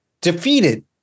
defeated